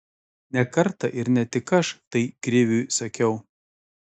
ne kartą ir ne tik aš tai kriviui sakiau